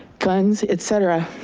guns, et cetera.